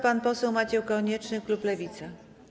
Pan poseł Maciej Konieczny, klub Lewica.